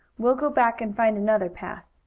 we'll go back and find another path.